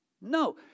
No